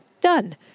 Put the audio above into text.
done